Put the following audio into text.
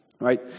right